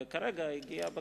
וכרגע הגיעה בקשה,